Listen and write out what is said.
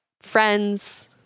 friends